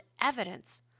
evidence